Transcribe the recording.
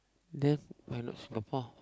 then why not Singapore